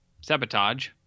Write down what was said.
Sabotage